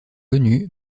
connu